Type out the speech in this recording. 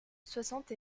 soixante